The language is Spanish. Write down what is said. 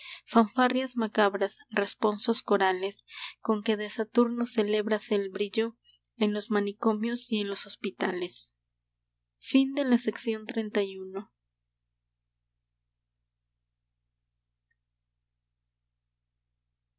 fanfarrias macabras responsos corales con que de saturno celébrase el brillo en los manicomios y en los hospitales